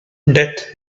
death